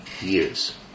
years